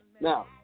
Now